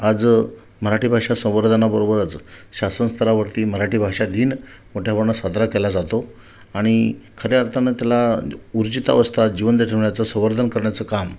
आज मराठी भाषा संवर्धनाबरोबरच शासन स्तरावरती मराठी भाषा दिन मोठ्या प्रमाणात साजरा केला जातो आणि खऱ्या अर्थानं त्याला उर्जितावस्था जिवंत ठेवण्याचं संवर्धन करण्याचं काम